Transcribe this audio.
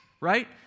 Right